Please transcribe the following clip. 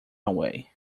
away